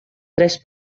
tres